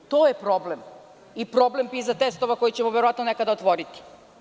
To je problem i problem PISA testova, koji ćemo verovatno nekada otvoriti.